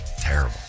Terrible